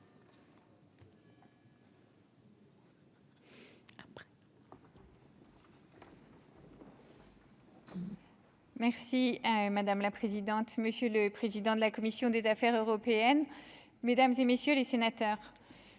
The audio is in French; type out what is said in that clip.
Merci madame la présidente, monsieur le président de la commission des affaires européennes, mesdames et messieurs les sénateurs,